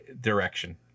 direction